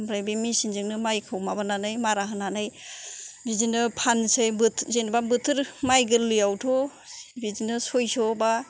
ओमफ्राय बे मिसिनजोंनो मायखौ माबानानै मारा होनानै बिदिनो फानसै जेनोबा बोथोर माय गोरलै आवथ' बिदिनो सयस'